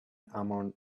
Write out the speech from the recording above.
among